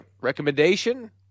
recommendation